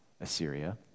Assyria